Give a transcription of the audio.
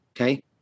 Okay